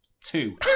two